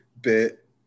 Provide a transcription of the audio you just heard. bit